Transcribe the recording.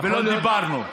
ולא דיברנו.